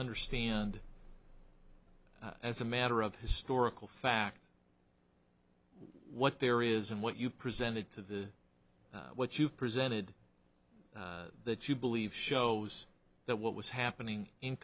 understand as a matter of historical fact what there is and what you presented to the what you've presented that you believe shows that what was happening in